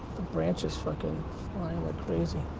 branches fucking flying like crazy.